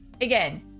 Again